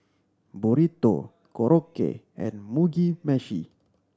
Burrito Korokke and Mugi Meshi